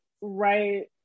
right